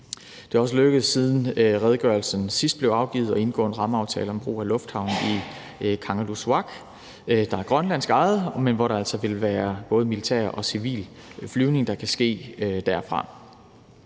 Det er også lykkedes, siden redegørelsen sidst blev afgivet, at indgå en rammeaftale om brug af lufthavnen i Kangerlussuaq, der er grønlandsk ejet, men hvor der altså kan ske både militær og civil flyvning fra. Jeg var